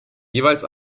jeweils